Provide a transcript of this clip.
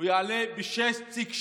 הוא יעלה ב-6.7%.